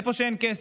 איפה שאין כסף.